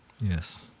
Yes